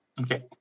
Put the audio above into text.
Okay